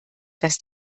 dass